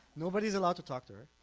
nobody's allowed to talk to her.